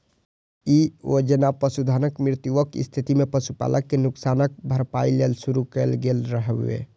ई योजना पशुधनक मृत्युक स्थिति मे पशुपालक कें नुकसानक भरपाइ लेल शुरू कैल गेल रहै